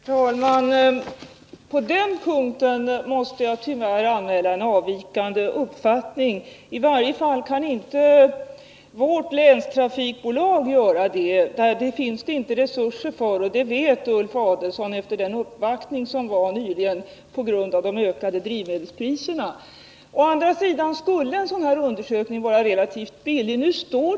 Herr talman! På den punkten måste jag tyvärr anmäla en avvikande uppfattning. I varje fall kan vårt läns trafikbolag inte göra det. Därtill finns det inte resurser, och det vet Ulf Adelsohn efter den uppvaktning som nyligen företogs med anledning av de ökade drivmedelspriserna. Å andra sidan skulle en sådan undersökning kunna göras till en relativt låg kostnad.